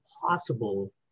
possible